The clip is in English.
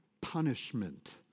punishment